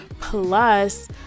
Plus